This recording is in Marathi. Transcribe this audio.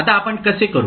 आता आपण कसे करू